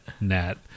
Nat